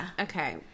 Okay